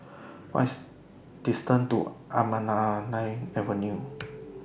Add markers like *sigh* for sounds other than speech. *hesitation* What IS distance to Anamalai Avenue *noise*